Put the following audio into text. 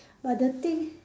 but the thing